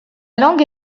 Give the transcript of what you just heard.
langue